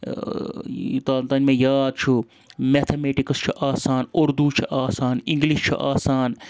یوت تانۍ مےٚ یاد چھُ میتھامیٹِکٕس چھُ آسان اُردوٗ چھُ آسان اِنٛگلِش چھُ آسان